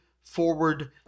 forward